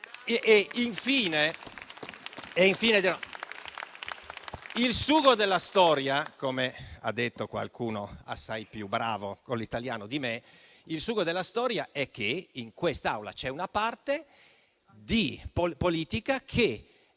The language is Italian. Infine, come ha detto qualcuno assai più bravo con l'italiano di me, il "sugo" della storia è che in quest'Aula c'è una parte politica che